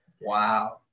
Wow